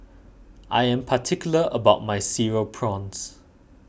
I am particular about my Cereal Prawns